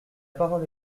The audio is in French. parole